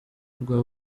rwa